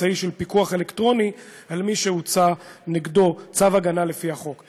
אמצעי של פיקוח אלקטרוני על מי שהוצא נגדו צו הגנה לפי החוק.